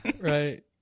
Right